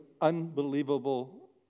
unbelievable